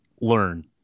learn